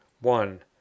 one